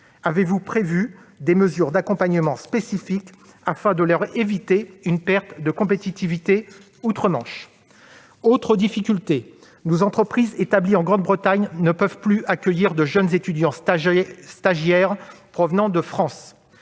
avez-vous prévu des mesures d'accompagnement spécifiques afin de leur éviter une perte de compétitivité outre-Manche ? Autre difficulté, nos entreprises établies en Grande-Bretagne ne peuvent plus accueillir de jeunes étudiants stagiaires venant de France.